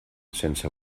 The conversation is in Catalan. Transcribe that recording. sense